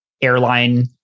airline